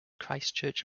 christchurch